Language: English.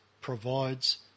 provides